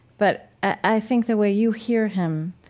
but, i think the way you hear him,